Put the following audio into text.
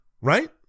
Right